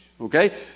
okay